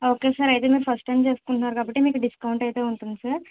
okay sir అయితే మీరు first time చేసుకుంటున్నారు కాబట్టి మీకు డిస్కౌంట్ అయితే ఉంటుంది సార్